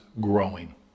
growing